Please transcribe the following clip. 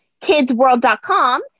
KidsWorld.com